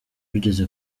wigeze